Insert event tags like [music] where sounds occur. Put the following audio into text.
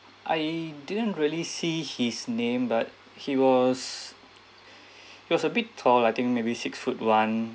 I didn't really see his name but he was [breath] he was a bit tall I think maybe six foot one